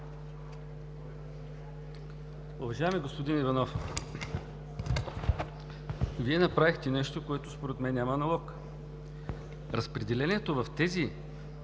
Уважаеми господин Иванов, Вие направихте нещо, което според мен няма аналог. Разпределението в тези